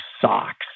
socks